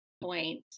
point